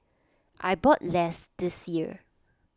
I bought less this year